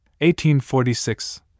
1846